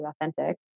authentic